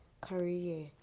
career